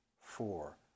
four